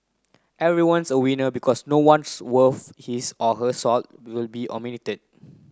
everyone's a winner because no one's worth his or her salt will be omitted